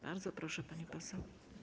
Bardzo proszę, pani poseł.